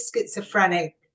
schizophrenic